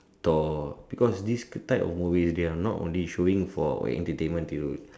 Thor because this kind of movies they are not only showing for entertainment Thiru